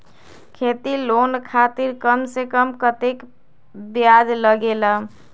खेती लोन खातीर कम से कम कतेक ब्याज लगेला?